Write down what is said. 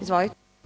Izvolite.